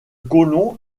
colon